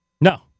No